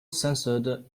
censored